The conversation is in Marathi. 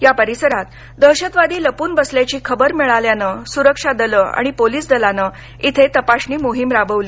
या परिसरात दहशतवादी लपून बसल्याची खबर मिळल्यानं सुरक्षा दल आणि पोलीसदलानं इथं तपासणी मोहीम राबवली